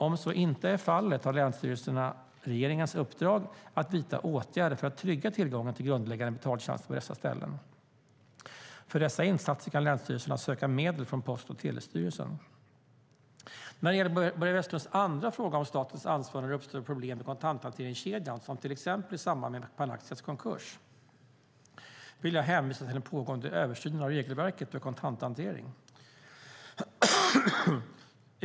Om så inte är fallet har länsstyrelserna regeringens uppdrag att vidta åtgärder för att trygga tillgången till grundläggande betaltjänster på dessa ställen. För dessa insatser kan länsstyrelserna söka medel från Post och telestyrelsen. När det gäller Börje Vestlunds andra fråga, om statens ansvar när det uppstår problem i kontanthanteringskedjan - som till exempel i samband med Panaxias konkurs - vill jag hänvisa till den pågående översynen av regelverket för kontanthantering, dir. 2013:71.